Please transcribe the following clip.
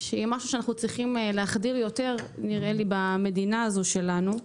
משהו שאנחנו צריכים להחדיר יותר במדינה הזאת שלנו.